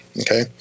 Okay